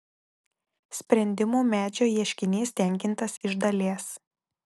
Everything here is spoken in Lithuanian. sprendimų medžio ieškinys tenkintas iš dalies